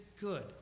good